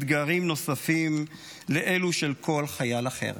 אתגרים נוספים על אלו של כל חייל אחר.